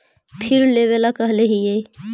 फिर लेवेला कहले हियै?